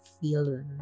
feel